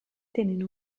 tenne